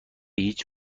هیچ